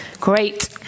Great